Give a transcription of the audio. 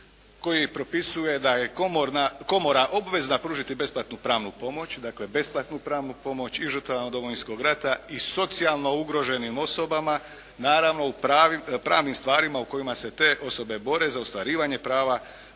koji propisuje da je komora obvezna pružiti besplatnu pravnu pomoć, dakle, besplatnu pravnu pomoć i žrtvama Domovinskog rata i socijalno ugroženim osobama, naravno u pravnim stvarima u kojima se te osobe bore za ostvarivanje prava